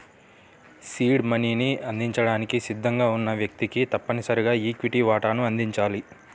seed మనీని అందించడానికి సిద్ధంగా ఉన్న వ్యక్తికి తప్పనిసరిగా ఈక్విటీ వాటాను అందించాలి